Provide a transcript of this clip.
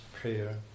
prayer